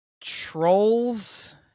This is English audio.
trolls